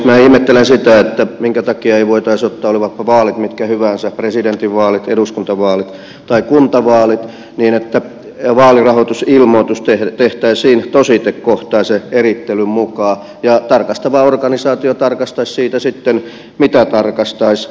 minä ihmettelen sitä minkä takia ei voitaisi toimia niin olivatpa vaalit mitkä hyvänsä presidentinvaalit eduskuntavaalit tai kuntavaalit että vaalirahoitusilmoitus tehtäisiin tositekohtaisen erittelyn mukaan ja tarkastava organisaatio tarkastaisi siitä sitten mitä tarkastaisi